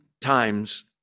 times